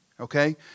okay